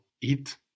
eat